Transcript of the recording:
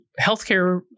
healthcare